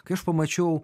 kai aš pamačiau